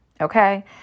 Okay